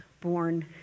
born